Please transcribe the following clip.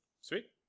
sweet